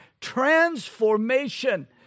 transformation